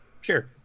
Sure